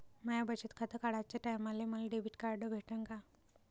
माय बचत खातं काढाच्या टायमाले मले डेबिट कार्ड भेटन का?